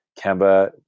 Kemba